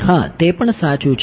હ તે પણ સાચું છે